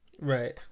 Right